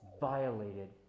violated